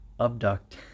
abduct